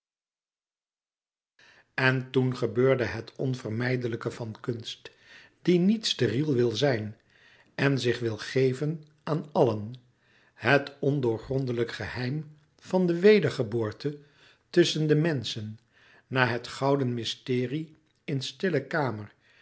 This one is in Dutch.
en toen gebeurde het onvermijdelijke van kunst die niet steriel wil zijn en zich wil geven aan àllen het ondoorgrondelijk geheim van de wedergeboorte tusschen de menschen na het gouden mysterie in stille kamer